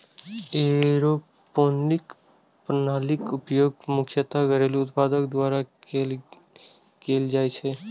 aeroponic प्रणालीक उपयोग मुख्यतः घरेलू उत्पादक द्वारा कैल जाइ छै